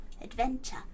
adventure